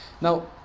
Now